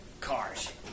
cars